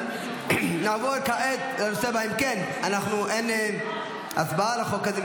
אם כן, אין הצבעה על החוק הזה.